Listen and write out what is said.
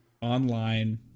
online